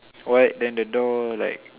white then the door like